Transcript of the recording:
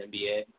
NBA